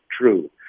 true